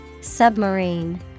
Submarine